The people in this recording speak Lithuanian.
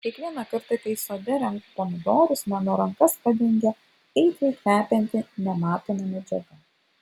kiekvieną kartą kai sode renku pomidorus mano rankas padengia aitriai kvepianti nematoma medžiaga